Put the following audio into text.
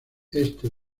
este